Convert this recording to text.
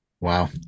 wow